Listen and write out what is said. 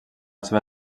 seva